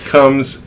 Comes